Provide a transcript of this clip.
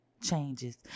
changes